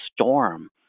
storm